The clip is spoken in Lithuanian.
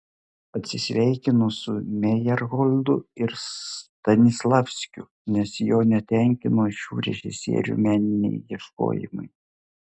atsisveikino su mejerholdu ir stanislavskiu nes jo netenkino šių režisierių meniniai ieškojimai